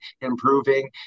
improving